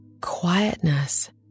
quietness